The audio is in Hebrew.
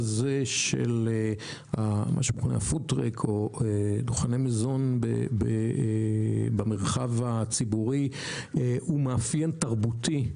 מה שמכונה פוד-טראק או דוכני מזון במרחב הציבורי הוא מאפיין תרבותי,